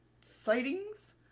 sightings